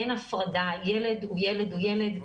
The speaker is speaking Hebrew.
אין הפרדה, ילד הוא ילד הוא ילד.